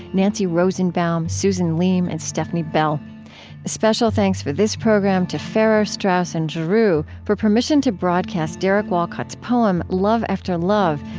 nancy rosenbaum, susan leem, and stefni bell special thanks for this program to straus and giroux for permission to broadcast derek walcott's poem love after love,